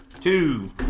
Two